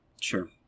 Sure